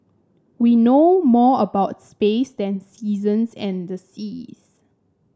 we know more about space than seasons and the seas